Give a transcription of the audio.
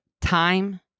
time